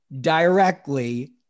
directly